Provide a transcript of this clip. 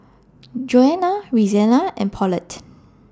Johnna Reanna and Paulette